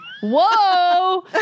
whoa